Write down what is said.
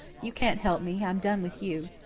you can't help me i'm done with you.